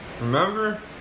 remember